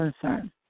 concern